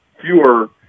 fewer